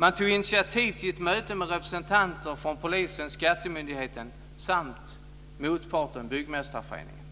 Man tog initiativ till ett möte med representanter från polisen och skattemyndigheten samt motparten Byggmästareföreningen.